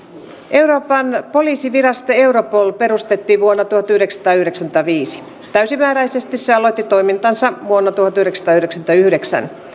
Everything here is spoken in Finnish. euroopan poliisivirasto europol perustettiin vuonna tuhatyhdeksänsataayhdeksänkymmentäviisi täysimääräisesti se aloitti toimintansa vuonna tuhatyhdeksänsataayhdeksänkymmentäyhdeksän